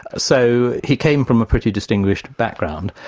so he came from a pretty distinguished background,